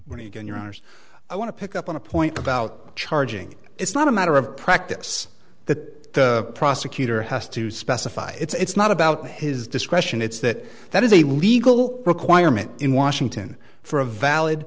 when you get your honors i want to pick up on a point about charging it's not a matter of practice that the prosecutor has to specify it's not about his discretion it's that that is a legal requirement in washington for a valid